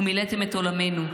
ומילאתם את עולמנו.